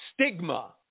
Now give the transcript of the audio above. stigma